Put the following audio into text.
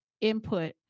input